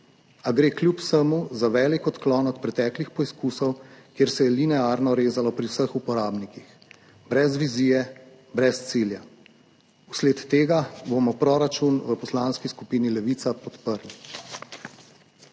a gre kljub vsemu za velik odklon od preteklih poizkusov, kjer se je linearno rezalo pri vseh uporabnikih, brez vizije, brez cilja. Vsled tega bomo proračun v Poslanski skupini Levica podprli.